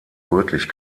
rötlich